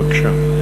בבקשה.